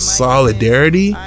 solidarity